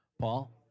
Paul